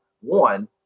One